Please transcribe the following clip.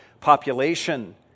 population